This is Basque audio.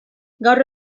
gaur